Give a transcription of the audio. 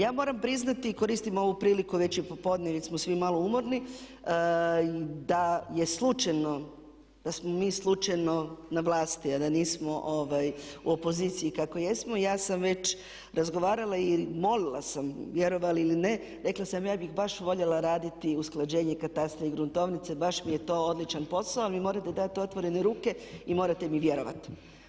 Ja moram priznati i koristim ovu priliku, već i popodne, već smo svi malo umorni da je slučajno, da smo mi slučajno na vlasti a da nismo u opoziciji kako jesmo ja sam već razgovarala i molila sam vjerovali ili ne, rekla sam ja bih baš voljela raditi usklađenje katastra i gruntovnice, baš mi je to odličan posao, ali mi morate dati otvorene ruke i morate mi vjerovati.